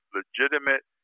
legitimate